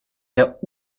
der